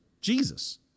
Jesus